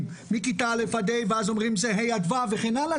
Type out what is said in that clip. של כיתות א' עד ה' ואז אומרים שזה ה' עד ו' וכן הלאה,